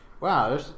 wow